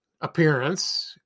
appearance